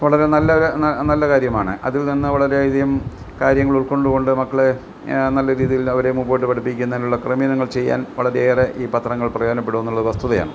വളരെ നല്ല ഒരു നല്ലകാര്യമാണ് അതിൽനിന്ന് വളരെയധികം കാര്യങ്ങൾ ഉൾക്കൊണ്ടുകൊണ്ട് മക്കളെ നല്ലരീതിയിൽ അവരെ മുൻപോട്ട് പഠിപ്പിക്കുന്നതിനുള്ള ക്രമീകരണങ്ങൾ ചെയ്യാൻ വളരെയേറെ ഈ പത്രങ്ങൾ പ്രയോജനപ്പെടും എന്നുള്ളത് വസ്തുതയാണ്